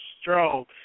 strong